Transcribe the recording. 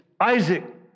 Isaac